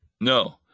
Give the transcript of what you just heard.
No